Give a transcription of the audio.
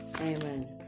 amen